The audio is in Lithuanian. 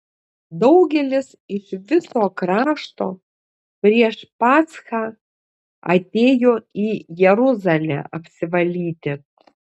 daugelis iš viso krašto prieš paschą atėjo į jeruzalę apsivalyti